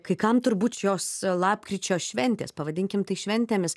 kai kam turbūt šios lapkričio šventės pavadinkim tai šventėmis